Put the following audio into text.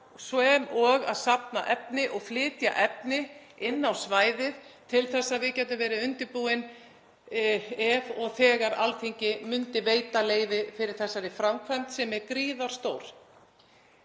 sem og að safna efni og flytja efni inn á svæðið til að við gætum verið undirbúin ef og þegar Alþingi veitti leyfi fyrir þessari framkvæmd, sem er gríðarstór.